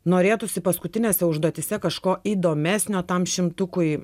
norėtųsi paskutinėse užduotyse kažko įdomesnio tam šimtukui